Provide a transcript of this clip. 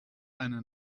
eine